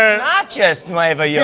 ah naches, nuevo yeah